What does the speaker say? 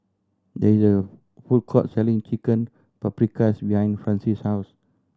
there is a food court selling Chicken Paprikas behind Francis' house